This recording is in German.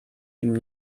ihm